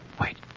Wait